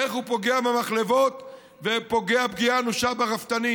איך הוא פוגע במחלבות ופוגע פגיעה אנושה ברפתנים?